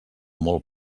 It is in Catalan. molt